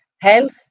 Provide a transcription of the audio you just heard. health